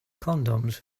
condoms